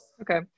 Okay